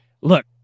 Look